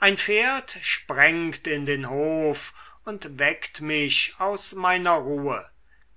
ein pferd sprengt in den hof und weckt mich aus meiner ruhe